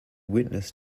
witness